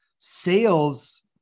sales